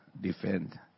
defend